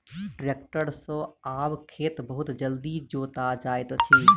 tractor सॅ आब खेत बहुत जल्दी जोता जाइत अछि